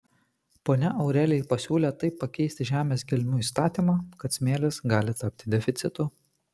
ponia aurelija pasiūlė taip pakeisti žemės gelmių įstatymą kad smėlis gali tapti deficitu